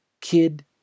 Kid